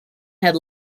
had